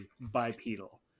bipedal